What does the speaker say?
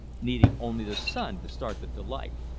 needing only the sun to start them to life.